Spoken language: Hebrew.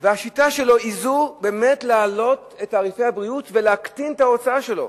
השיטה שלו היא להעלות את תעריפי הבריאות ולהקטין את ההוצאה שלו.